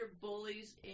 bullies